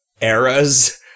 eras